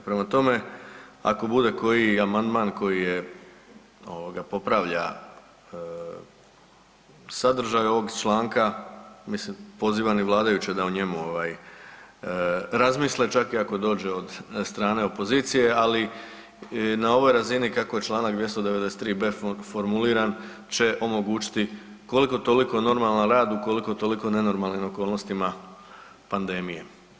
Prema tome, ako bude koji amandman koji popravlja sadržaj ovog članka, mislim pozivam i vladajuće da o njemu razmisle čak i ako dođe od strane opozicije, ali na ovoj razini kako je čl. 293.b formuliran će omogućiti koliko toliko normalan rad ukoliko toliko nenormalnim okolnostima pandemije.